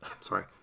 Sorry